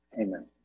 Amen